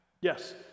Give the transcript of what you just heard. Yes